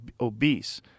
obese